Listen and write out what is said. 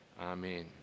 Amen